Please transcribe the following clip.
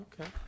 Okay